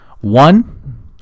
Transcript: One